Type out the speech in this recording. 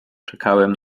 czekałem